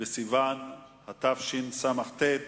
בסיוון התשס"ט,